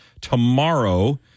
tomorrow